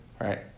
right